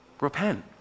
repent